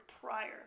prior